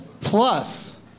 plus